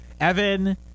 Evan